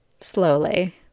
slowly